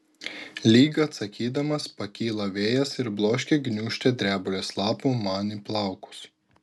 lyg atsakydamas pakyla vėjas ir bloškia gniūžtę drebulės lapų man į plaukus